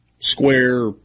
square